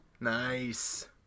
Nice